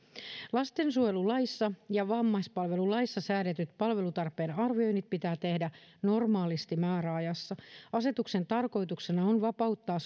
lastensuojelulaissa ja vammaispalvelulaissa säädetyt palvelutarpeen arvioinnit pitää tehdä normaalisti määräajassa asetuksen tarkoituksena on vapauttaa